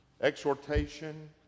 exhortation